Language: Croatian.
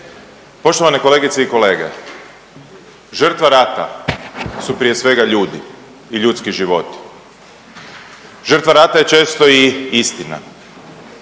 Poštovane kolegice i kolege, žrtva rata su prije svega ljudi i ljudski životi, žrtva rata je često i istina,